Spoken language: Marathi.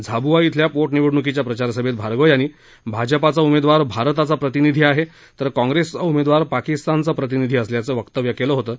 झाबुआ इथल्या पोटनिवडणुकीच्या प्रचारसभेत भार्गव यांनी भाजपाचा उमेदवार भारताचा प्रतिनिधी आहे तर काँग्रेसचा उमेदवार पाकिस्तानचा प्रतिनिधी असल्याचं वक्तव्य केलं होतं